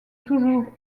toujours